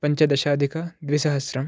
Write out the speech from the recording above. पञ्चदशाधिकद्विसहस्रं